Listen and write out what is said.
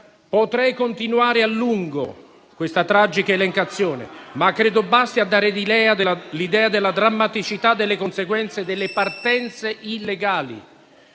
Potrei continuare a lungo questa tragica elencazione, ma credo basti a dare l'idea della drammaticità delle conseguenze delle partenze illegali.